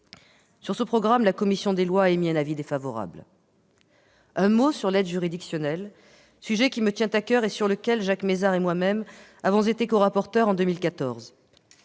Sur ce programme, la commission des lois a émis un avis défavorable. J'évoquerai maintenant l'aide juridictionnelle, un sujet qui me tient à coeur et sur lequel Jacques Mézard et moi-même avons été corapporteurs d'une